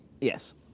Yes